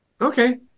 Okay